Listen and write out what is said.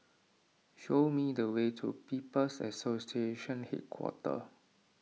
show me the way to People's Association Headquarters